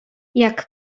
jak